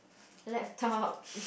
laptop